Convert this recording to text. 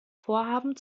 vorhaben